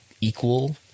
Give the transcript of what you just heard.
equal